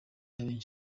ismaël